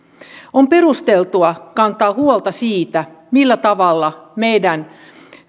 on perusteltua kantaa huolta siitä millä tavalla meidän